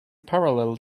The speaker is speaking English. parallel